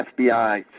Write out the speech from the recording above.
FBI